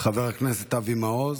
חבר הכנסת אבי מעוז,